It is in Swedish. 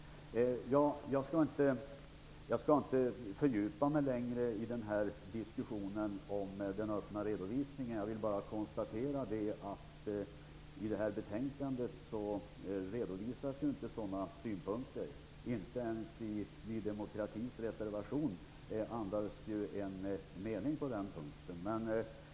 Jag skall inte fördjupa mig mer i diskussionen om den öppna redovisningen. Jag vill bara konstatera att det i detta betänkande inte redovisas sådana synpunkter -- inte ens Ny demokratis reservation andas en mening på den punkten.